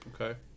Okay